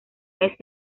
mes